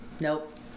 Nope